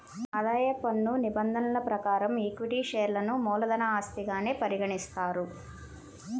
ఆదాయ పన్ను నిబంధనల ప్రకారం ఈక్విటీ షేర్లను మూలధన ఆస్తిగానే పరిగణిస్తారు